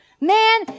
Man